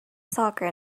soccer